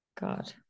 God